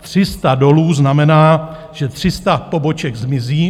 300 dolů znamená, že 300 poboček zmizí.